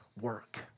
work